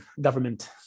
government